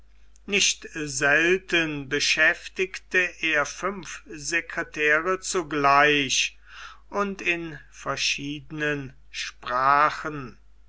nicht selten beschäftigte er fünf sekretäre zugleich und in verschiedenen sprachen